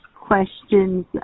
questions